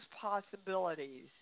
possibilities